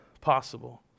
possible